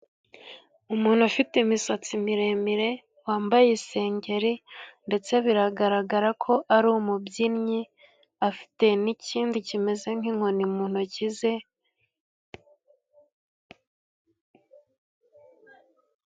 Umuntu ufite imisatsi miremire wambaye isengeri, ndetse biragaragara ko ari umubyinnyi, afite n'ikindi kimeze nk'inkoni mu ntoki ze,